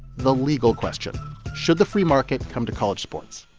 the legal question should the free market come to college sports?